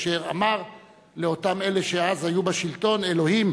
אשר אמר לאותם אלה שאז היו בשלטון: אלוהים,